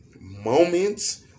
moments